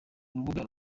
urubuga